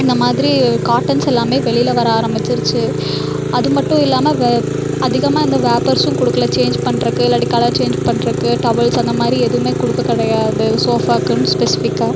இந்த மாதிரி காடன்ஸ் எல்லாமே வெளியில வர ஆரமிச்சுருச்சு அது மட்டும் இல்லாமல் வே அதிகமாக இந்த வேப்பர்சும் கொடுக்கல சேஞ்சு பண்ணுறதுக்கு இல்லாட்டி கலர் சேஞ்சு பண்ணுறதுக்கு டவல்ஸ் அந்த மாதிரி எதுவுமே கொடுக்க கிடையாது சோஃபாக்குன்ணு ஸ்பெசிஃபிக்காக